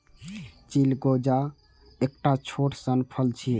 चिलगोजा एकटा छोट सन फल छियै